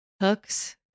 hooks